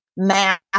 math